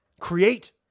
create